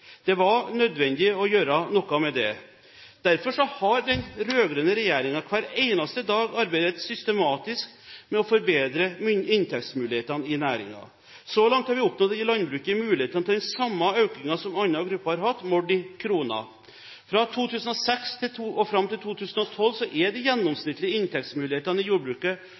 Det var nødvendig å gjøre noe med det. Derfor har den rød-grønne regjeringen hver eneste dag arbeidet systematisk med å forbedre inntekstmulighetene i næringen. Så langt har vi oppnådd å gi landbruket muligheten til den samme økningen som andre grupper har hatt, målt i kroner. Fra 2006 og fram til 2012 er de gjennomsnittlige inntektsmulighetene i jordbruket